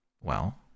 Well